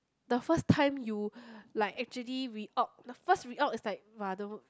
the first time you like actually we odd the first we odd is like !wow! the